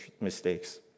mistakes